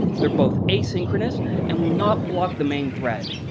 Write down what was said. they're both asynchronous and will not block the main thread.